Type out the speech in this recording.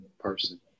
person